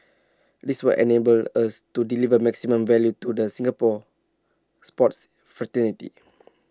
this will enable us to deliver maximum value to the Singapore sports fraternity